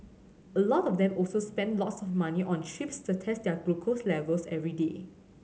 a lot of them also spend lots of money on strips to test their glucose levels every day